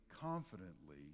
confidently